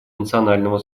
национального